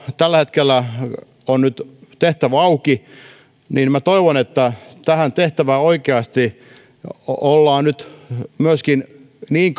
tällä hetkellä on auki minä toivon että tässä tehtävässä oikeasti ollaan nyt myöskin niin